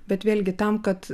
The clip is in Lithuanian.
bet vėlgi tam kad